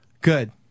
Good